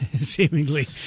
Seemingly